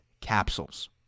capsules